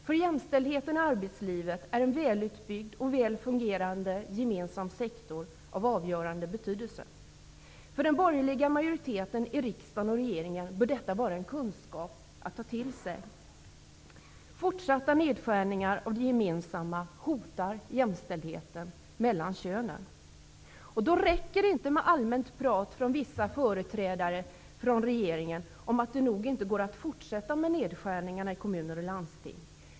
För jämställdheten i arbetslivet är en välutbyggd och väl fungerande gemensam sektor av avgörande betydelse. För den borgerliga majoriteten i riksdagen och regeringen bör detta vara en kunskap att ta till sig. Fortsatta nedskärningar av det gemensamma hotar jämställdheten mellan könen. Det räcker inte med ett allmänt prat från vissa företrädare från regeringen om att det nog inte går att fortsätta med nedskärningarna i kommuner och landsting.